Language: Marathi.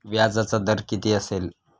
व्याजाचा दर किती असेल?